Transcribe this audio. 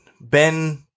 Ben